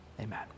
amen